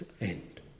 end